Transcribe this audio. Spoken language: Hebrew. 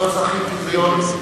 הרבה כסף.